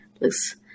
looks